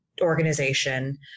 organization